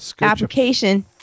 application